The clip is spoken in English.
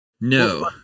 No